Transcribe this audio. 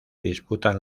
disputan